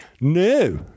No